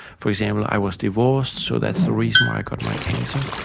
for example, i was divorced, so that's the reason why i got my cancer',